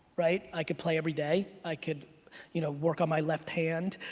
right? i could play everyday, i could you know work on my left hand,